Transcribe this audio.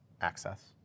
access